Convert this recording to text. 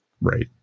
right